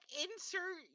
insert